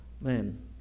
man